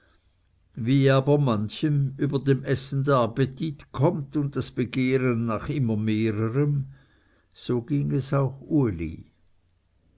aber manchem über dem essen der appetit kommt und das begehren nach immer mehrerem so ging es auch uli